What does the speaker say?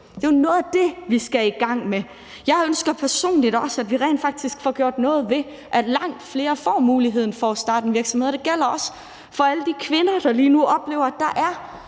Det er jo noget af det, vi skal i gang med. Jeg ønsker personligt også, at vi faktisk får gjort noget, så langt flere får muligheden for at starte en virksomhed – det gælder også for alle de kvinder, der lige nu oplever, at der er